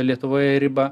lietuvoje ribą